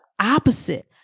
opposite